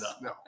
No